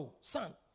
son